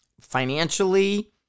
financially